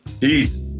Peace